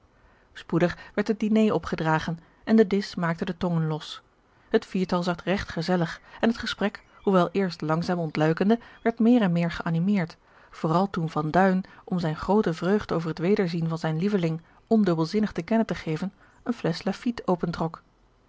spoedig werd het diner opgedragen en de disch maakte de tongen los het viertal zat regt gezellig en het gesprek hoewel eerst langzaam ontluikende werd meer en meer geanimeerd vooral toen van duin om zijne groote vreugde over het wederzien van zijn lieveling ondubbelzinnig te kennen te geven een flesch